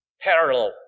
parallel